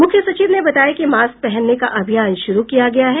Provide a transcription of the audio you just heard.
मुख्य सचिव ने बताया कि मास्क पहनने का अभियान शुरू किया गया है